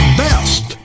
best